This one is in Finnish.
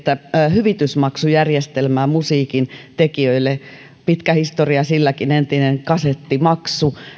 hyvitysmaksujärjestelmää musiikintekijöille pitkä historia silläkin entinen kasettimaksu